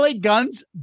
Guns